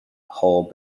hull